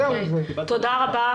תודה רבה.